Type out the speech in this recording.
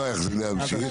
לא אמשיך.